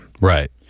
right